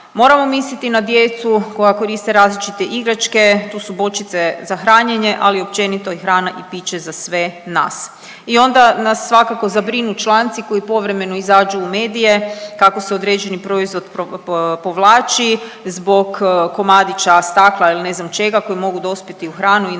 Moramo misliti na djecu koja koriste različite igračke, tu su bočice za hranjenje, ali općenito i hrana i piće za sve nas. I onda nas svakako zabrinu članci koji povremeno izađu u medije kako se određeni proizvod povlači zbog komadića stakla ili ne znam čega koji mogu dospjeti u hranu i naravno